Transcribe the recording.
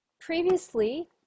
Previously